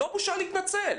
לא בושה להתנצל.